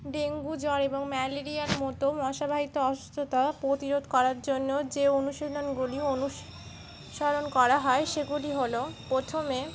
dengue জ্বর এবং ম্যালেরিয়ার মতো মশাবাহিত অসুস্থতা প্রতিরোধ করার জন্য যে অনুশীলনগুলি অনুসরণ করা হয় সেগুলি হলো প্রথমে